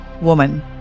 woman